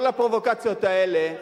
כל הפרובוקציות האלה,